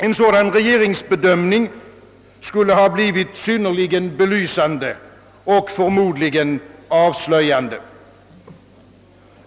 En sådan regeringsbedömning skulle ha blivit synnerligen belysande och förmodligen även avslöjande.